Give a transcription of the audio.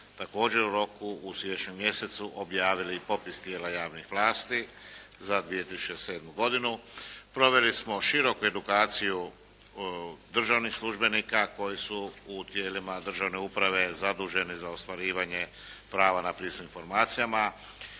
također u roku u siječnju mjesecu objavili i popis tijela javne vlasti za 2007. godinu. Proveli smo široku edukaciju državnih službenika koji su u tijelima državne uprave zaduženi za ostvarivanje prava na pristup informacijama.